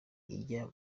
ijya